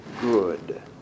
good